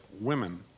women